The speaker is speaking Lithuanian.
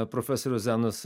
profesorius zenonas